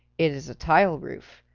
it is a tile roof.